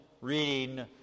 reading